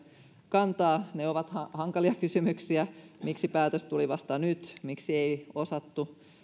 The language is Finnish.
kantaa ne ovat hankalia kysymyksiä miksi päätös tuli vasta nyt miksi ei osattu